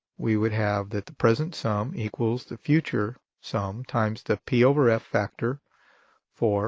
we would have that the present sum equals the future sum times the p over f factor for